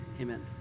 amen